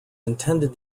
intended